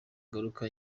ngaruka